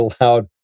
allowed